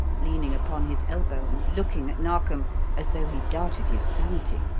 leaning upon his elbow and looking at narkom as though he doubted his sanity.